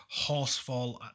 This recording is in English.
Horsefall